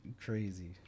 crazy